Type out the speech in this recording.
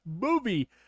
movie